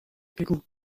بگو